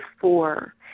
four